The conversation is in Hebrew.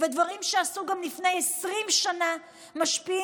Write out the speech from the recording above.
ודברים שעשו גם לפני 20 שנה משפיעים